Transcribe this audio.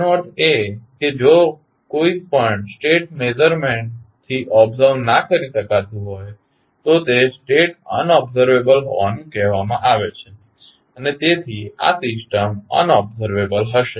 તેનો અર્થ એ છે કે જો કોઈ પણ સ્ટેટ મેઝરમેંટ્સ થી ઓબ્ઝર્વ ના કરી શકાતું હોય તો તે સ્ટેટ અનઓબ્ઝર્વેબલ હોવાનું કહેવામાં આવે છે અને તેથી આ સિસ્ટમ અનઓબ્ઝર્વેબલ હશે